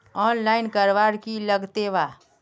Online करवार की लगते वा?